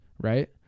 right